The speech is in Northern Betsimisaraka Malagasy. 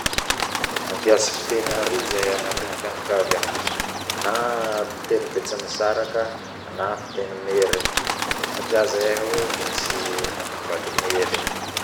Mampiasa fiteny aroa zahay agnatiny fianakaviagna na fiteny betsimisaraka na fiteny merigny satry zahay misy manambady merigny.